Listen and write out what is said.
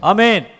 Amen